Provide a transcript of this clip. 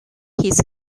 his